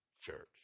church